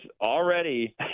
already